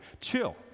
Chill